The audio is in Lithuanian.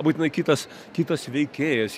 būtinai kitas kitas veikėjas